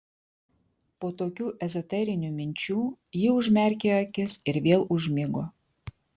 po tokių ezoterinių minčių ji užmerkė akis ir vėl užmigo